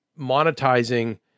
monetizing